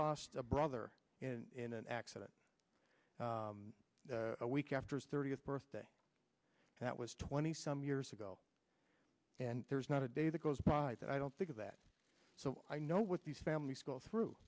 lost a brother in an accident a week after thirtieth birthday that was twenty some years ago and there's not a day that goes by that i don't think of that so i know what these families go through